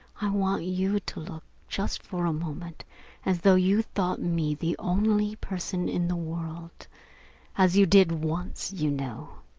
want you to look just for a moment as though you thought me the only person in the world as you did once, you know.